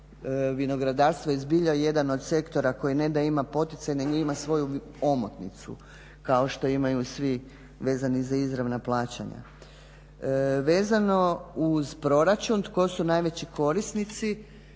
vinogradarstvo je zbilja jedan od sektora koji ne da ima poticaj nego ima svoju omotnicu kao što imaju svi vezani za izravna plaćanja. Vezano za proračun, tko su najveći korisnici,